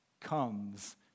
Comes